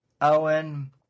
Owen